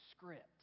script